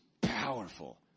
powerful